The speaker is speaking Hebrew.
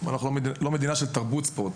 אבל אנחנו לא מדינה של תרבות ספורט.